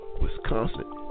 Wisconsin